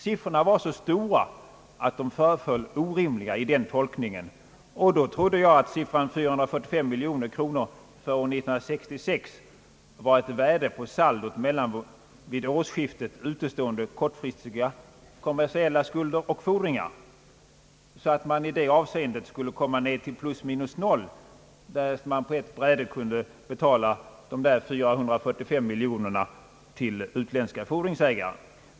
Siffrorna var så stora att de föreföll orimliga i den tolkningen, och då trodde jag att siffran 445 miljoner för år 1966 var ett värde på saldot mellan vid årsskiftet utestående kortfristiga kommersiella skulder och fordringar, så att man i det avseendet skulle komma ner till plus minus noll därest man på ett bräde kunde betala 445 miljoner till utländska fordringsägare.